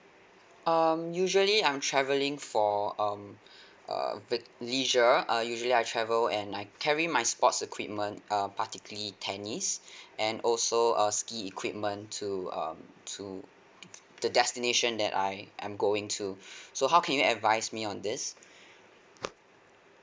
um usually I'm travelling for um err vic~ leisure uh usually I travel and I carry my sports equipment uh particularly tennis and also uh ski equipment to um to the destination that I I'm going to so how can you advise me on this